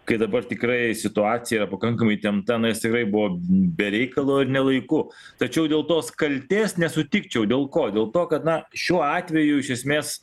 kai dabar tikrai situacija pakankamai įtempta na jis tikrai buvo be reikalo ir ne laiku tačiau dėl tos kaltės nesutikčiau dėl ko dėl to kad na šiuo atveju iš esmės